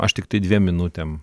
aš tiktai dviem minutėm